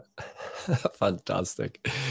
fantastic